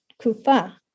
kufa